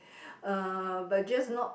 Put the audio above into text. uh but just not